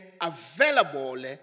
available